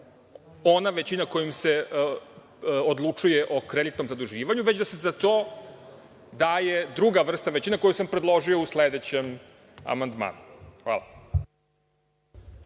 ona većina kojom se odlučuje o kreditnom zaduživanju, već da se za to daje druga vrsta većine, koju sam predložio u sledećem amandmanu. Hvala.